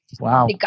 wow